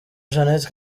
jeannette